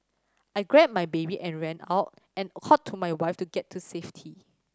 I grabbed my baby and ran out and to my wife to get to safety